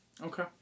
okay